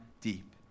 deep